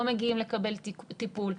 לא מגיעים לקבל טיפול.